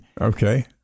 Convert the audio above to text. Okay